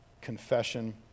confession